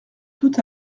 tout